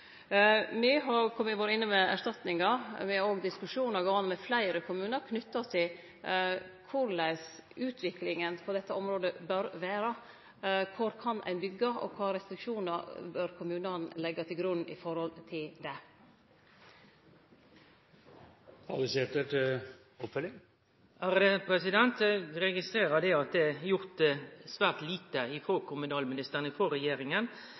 har vore inne med erstatningar, og me har òg diskusjonar gåande med fleire kommunar knytte til korleis utviklinga på dette området bør vere. Kvar kan ein byggje, og kva for restriksjonar bør kommunane leggje til grunn i forhold til det? Eg registrerer at det er gjort svært lite frå kommunalministeren og frå regjeringa,